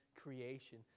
creation